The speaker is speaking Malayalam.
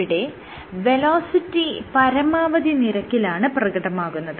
ഇവിടെ വെലോസിറ്റി പരമാവധി നിരക്കിലാണ് പ്രകടമാകുന്നത്